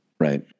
Right